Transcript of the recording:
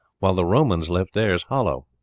while the romans left theirs hollow.